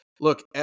look